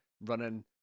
running